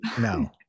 no